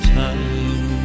time